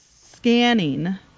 scanning